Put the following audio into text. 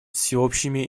всеобщими